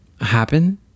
happen